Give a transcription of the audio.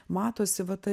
matosi va ta